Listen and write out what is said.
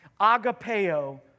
agapeo